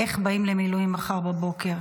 איך באים למילואים מחר בבוקר?